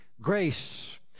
grace